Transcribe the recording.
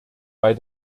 bei